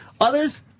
Others